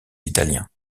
italiens